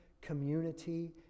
community